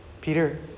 Peter